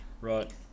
Right